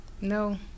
No